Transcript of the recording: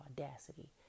audacity